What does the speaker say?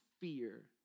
fear